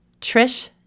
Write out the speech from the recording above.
Trish